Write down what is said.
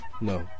no